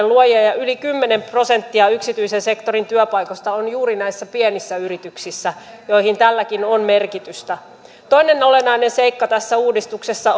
luojia ja ja yli kymmenen prosenttia yksityisen sektorin työpaikoista on juuri näissä pienissä yrityksissä joihin tälläkin on merkitystä toinen olennainen seikka tässä uudistuksessa